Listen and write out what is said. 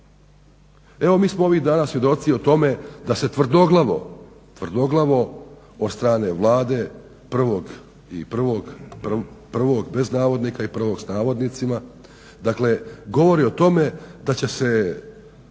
Evo mi smo ovih dana svjedoci i o tome da se tvrdoglavo od strane Vlade i prvog bez navodnika i "prvog" s navodnicima, dakle govori o tome da će se